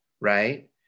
right